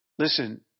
Listen